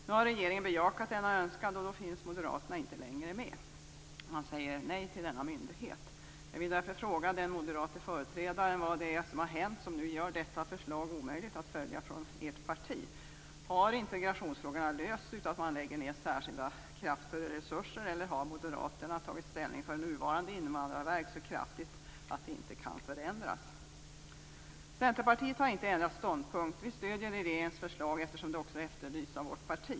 Nu har regeringen bejakat denna önskan, och då finns moderaterna inte längre med. De säger nej till denna myndighet. Jag vill därför fråga den moderate företrädaren: Vad är det som har hänt och som nu gör detta förslag omöjligt att följa för ert parti? Löser sig integrationsfrågorna utan att man lägger ned särskilda krafter och resurser, eller har moderaterna tagit ställning för det nuvarande invandrarverket så kraftigt att man inte kan ändra sig? Centerpartiet har inte ändrat ståndpunkt. Vi stöder regeringens förslag eftersom sådana åtgärder också efterlyses från vårt parti.